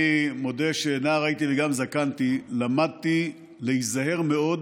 אני מודה שנער הייתי גם זקנתי ולמדתי להיזהר מאוד